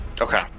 Okay